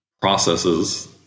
processes